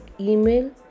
email